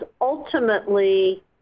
ultimately